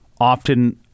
often